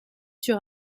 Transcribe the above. sur